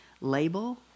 label